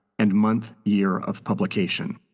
and month year of publication.